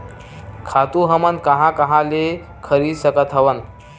खातु हमन कहां कहा ले खरीद सकत हवन?